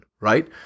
right